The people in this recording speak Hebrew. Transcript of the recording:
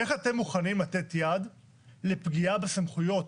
איך אתם מוכנים לתת יד לפגיעה בסמכויות